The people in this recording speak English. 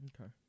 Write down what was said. Okay